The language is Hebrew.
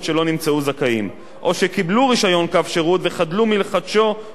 או שקיבלו רשיון קו שירות וחדלו מלחדשו ומלהפעיל את קו השירות.